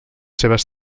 seves